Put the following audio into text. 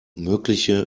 mögliche